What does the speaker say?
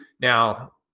Now